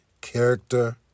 character